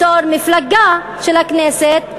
בתור מפלגה בכנסת,